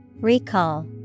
Recall